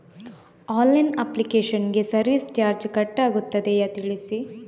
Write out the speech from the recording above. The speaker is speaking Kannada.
ಆನ್ಲೈನ್ ಅಪ್ಲಿಕೇಶನ್ ಗೆ ಸರ್ವಿಸ್ ಚಾರ್ಜ್ ಕಟ್ ಆಗುತ್ತದೆಯಾ ತಿಳಿಸಿ?